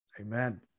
Amen